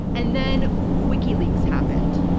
and then, wikileaks happened.